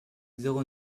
zéro